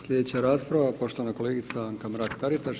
Slijedeća rasprava poštovana kolegica Anka Mrak Taritaš.